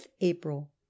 April